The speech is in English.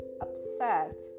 upset